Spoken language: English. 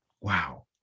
Wow